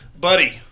Buddy